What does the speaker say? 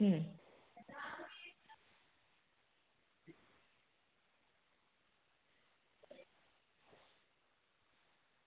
હમ